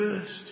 first